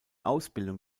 ausbildung